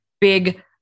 big